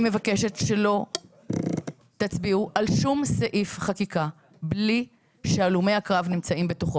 מבקשת שלא תצביעו על שום סעיף חקיקה בלי שהלומי הקרב נמצאים בתוכו.